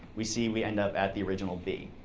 we see we end up at the original b.